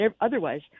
otherwise